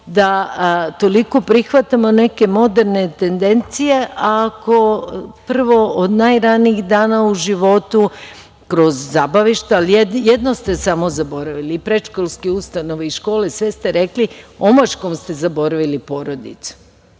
da toliko prihvatamo neke moderne tendencije ako prvo od najranijih dana u životu, kroz zabavišta, jedno ste samo zaboravili, i predškolske ustanove i škole, sve ste rekli, omaškom ste zaboravili porodicu,